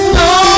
no